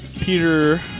Peter